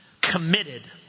committed